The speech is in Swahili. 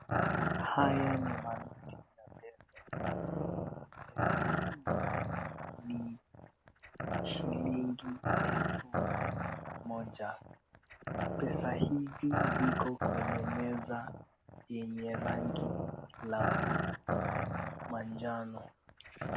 Haya ni manoti ya pesa. Pesa hizi ni shilingi elfu moja. Pesa hizi ziko kwenye meza yenye rangi la manjano.